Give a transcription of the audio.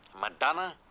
Madonna